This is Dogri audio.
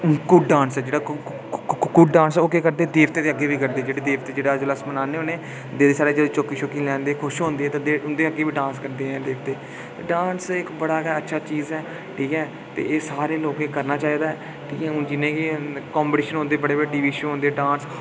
कुड्ड डांस जेह्ड़ा कुड्ड डांस ओह् केह् करदे देवते दे अग्गें बी करदे जेह्ड़े देवते जेह्ड़ा जिसलै अस मनान्ने होने देवते साढ़े चौकी लैंदे खुश होंदे ते उं'दे अग्गें बी डांस करदे देवते ते डांस इक बड़ा गै अच्छा चीज़ ऐ ठीक ऐ ते एह् सारें लोकें करना चाहिदा ऐ ते हून जि'यां कि कंपीटिशन होंदे बड़े बड़े डांस दे